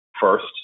first